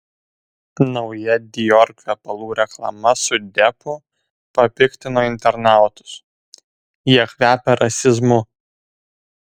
nauja dior kvepalų reklama su deppu papiktino internautus jie kvepia rasizmu